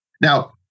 Now